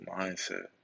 mindset